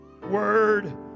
word